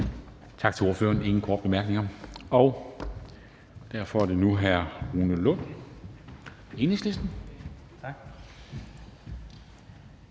Tak til ordføreren. Der er ingen korte bemærkninger. Og derfor er det nu hr. Rune Lund, Enhedslisten. Kl.